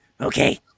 okay